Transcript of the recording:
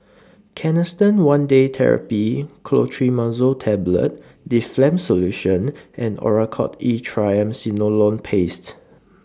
Canesten one Day Therapy Clotrimazole Tablet Difflam Solution and Oracort E Triamcinolone Paste